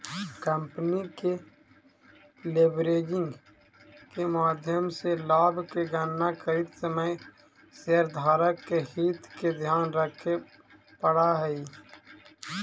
company के leveraging के माध्यम से लाभ के गणना करित समय शेयरधारक के हित के ध्यान रखे पड़ऽ हई